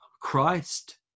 Christ